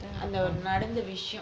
and our modern division